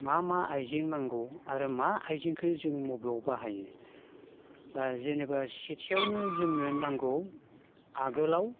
मा मा आइजें नांगौ आरो मा आइजेंखो जों मबेयाव बाहायो बा जेनेबा सेथिआवनो जोंनो नांगौ आगोलाव